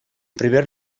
primer